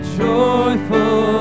joyful